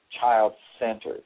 child-centered